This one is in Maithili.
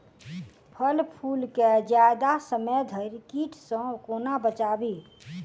फल फुल केँ जियादा समय धरि कीट सऽ कोना बचाबी?